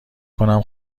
کنم